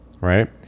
Right